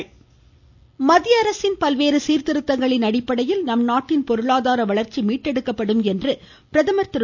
பிரதமர் மத்திய அரசின் பல்வேறு சீர்திருத்தங்களின் அடிப்படையில் நம் நாட்டின் பொருளாதார வளர்ச்சி மீட்டெடுக்கப்படும் என்று பிரதமர் திரு